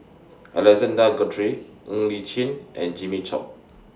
Alexander Guthrie Ng Li Chin and Jimmy Chok